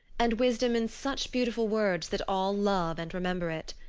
and wisdom in such beautiful words that all love and remember it.